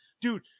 dude